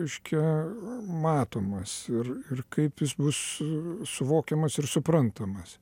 reiškia matomas ir ir kaip jis bus suvokiamas ir suprantamas